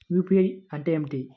UPI అంటే ఏమిటి?